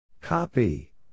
Copy